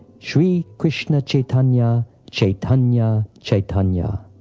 shri krishna chaitanya! chaitanya! chaitanya!